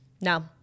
No